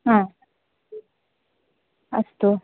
हा अस्तु